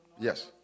Yes